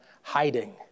hiding